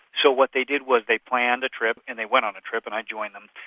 so what they did was, they planned a trip, and they went on a trip and i joined them,